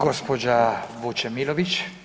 Gđa. Vučemilović.